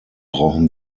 brauchen